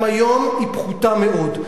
גם היום היא פחותה מאוד.